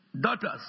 daughters